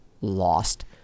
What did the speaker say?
lost